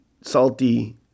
salty